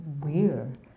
weird